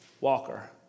Walker